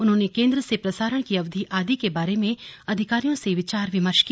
उन्होंने केंद्र से प्रसारण की अवधि आदि के बारे में अधिकारियों से विचार विमर्श किया